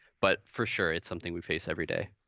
but, for sure, it's something we face every day.